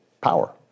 power